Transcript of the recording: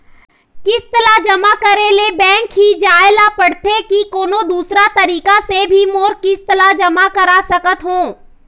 किस्त ला जमा करे ले बैंक ही जाए ला पड़ते कि कोन्हो दूसरा तरीका से भी मोर किस्त ला जमा करा सकत हो?